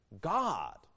God